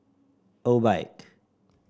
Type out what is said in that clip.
Obike